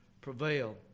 prevail